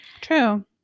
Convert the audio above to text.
True